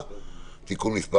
הנושא